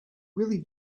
really